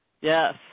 Yes